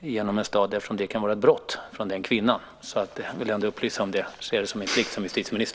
genom en stad, eftersom det kan vara ett brott från den kvinnan. Jag vill ändå upplysa om det. Jag ser det som min plikt som justitieminister!